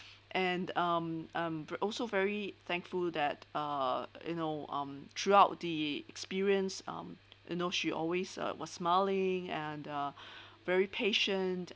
and um I'm also very thankful that uh you know um throughout the experience um you know she always uh was smiling and uh very patient